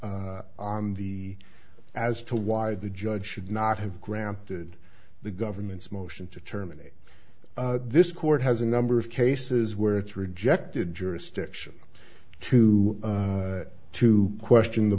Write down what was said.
argument the as to why the judge should not have granted the government's motion to terminate this court has a number of cases where it's rejected jurisdiction to to question the